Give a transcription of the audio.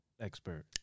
expert